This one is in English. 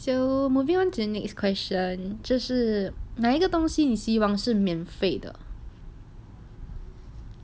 so moving on to the next question 这是哪一个东西呢希望是免费的